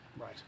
Right